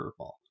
curveball